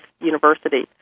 University